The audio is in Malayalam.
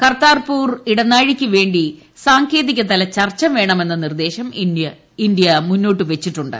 കർതാർപൂർ ഇടനാഴിയ്ക്ക് വേണ്ടി സാങ്കേതികതല ചർച്ച വേണമെന്ന നിർദ്ദേശം ഇന്ത്യ മുന്നോട്ട് വച്ചിട്ടുണ്ട്